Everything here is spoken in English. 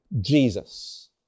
Jesus